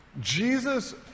Jesus